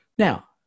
Now